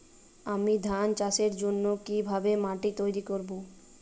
আমি ধান চাষের জন্য কি ভাবে মাটি তৈরী করব?